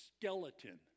skeleton